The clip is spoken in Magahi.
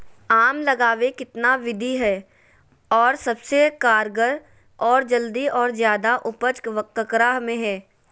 आम लगावे कितना विधि है, और सबसे कारगर और जल्दी और ज्यादा उपज ककरा में है?